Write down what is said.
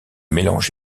mélange